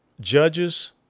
judges